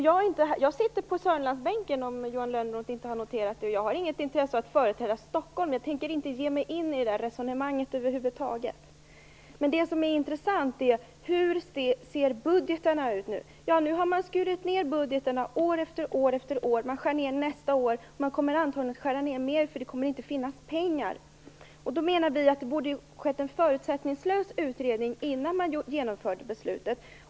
Jag vill, för den händelse att Johan Lönnroth inte har noterat det, påpeka att jag sitter på Sörmlandsbänken. Jag har inget intresse av att företräda Stockholm, och jag tänker över huvud taget inte ge mig in i detta resonemang. Det som är intressant är hur budgetarna nu ser ut. Man har år efter år skurit ned budgetarna. De skärs ned för nästa år, och man kommer antagligen att skära ned dem mer, eftersom det inte kommer att finnas pengar till de här ändamålen. Vi menar att det borde ha gjorts en förutsättningslös utredning innan man genomför beslutet.